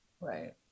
Right